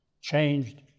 changed